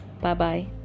Bye-bye